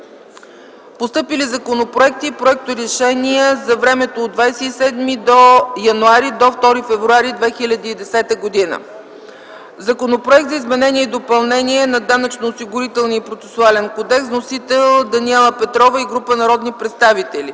Постъпили законопроекти и проекторешения за времето от 27 януари до 2 февруари 2010 г.: Законопроект за изменение и допълнение на Данъчно-осигурителния процесуален кодекс. Вносители: Даниела Петрова и група народни представители.